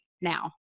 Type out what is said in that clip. now